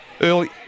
Early